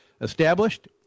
established